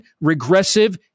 regressive